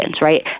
right